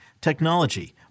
technology